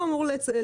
מסתדר.